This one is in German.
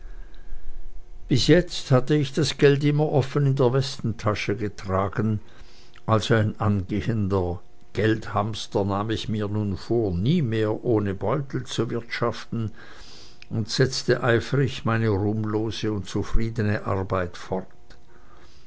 bis jetzt hatte ich das geld immer offen in der westentasche getragen als ein angehender geldhamster nahm ich mir nun vor nie mehr ohne beutel zu wirtschaften und setzte eifrig meine ruhmlose und zufriedene arbeit fort